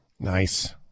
Nice